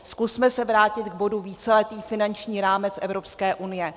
Zkusme se vrátit k bodu víceletý finanční rámec Evropské unie.